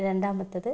രണ്ടാമത്തത്